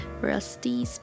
rusty